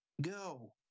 Go